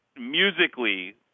musically